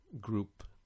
group